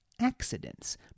accidents